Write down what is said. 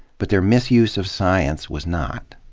but their misuse of science was not.